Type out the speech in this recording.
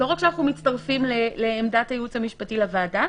לא רק שאנחנו מצטרפים לעמדת הייעוץ המשפטי לוועדה,